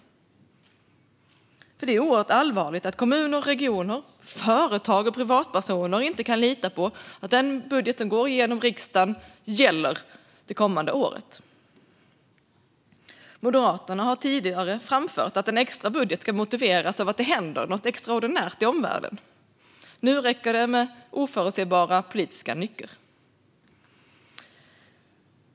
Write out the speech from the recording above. Det är nämligen oerhört allvarligt att kommuner och regioner, liksom företag och privatpersoner, inte kan lita på att den budget som går igenom i riksdagen gäller det kommande året. Moderaterna har tidigare framfört att en extra budget ska motiveras av att det händer något extraordinärt i omvärlden, men nu räcker det med oförutsägbara politiska nycker.